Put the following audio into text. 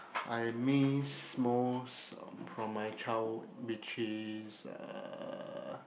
I miss most from my childhood which is uh